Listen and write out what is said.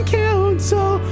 council